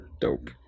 Dope